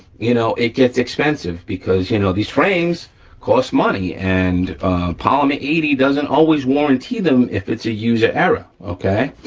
you know it gets expensive because you know these frames cost money, and polymer eighty doesn't always warranty them if it's a user error, okay.